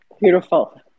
Beautiful